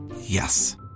Yes